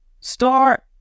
Start